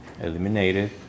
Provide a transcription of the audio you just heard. eliminated